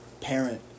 parent